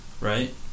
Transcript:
right